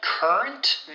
Current